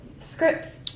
scripts